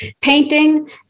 painting